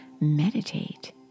meditate